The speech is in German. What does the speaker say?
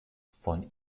von